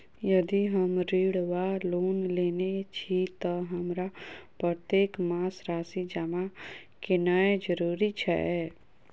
यदि हम ऋण वा लोन लेने छी तऽ हमरा प्रत्येक मास राशि जमा केनैय जरूरी छै?